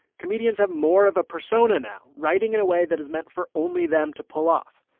comedians have more of a persona now, writing in a way that is meant for only them to pull off.